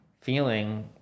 feeling